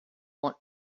want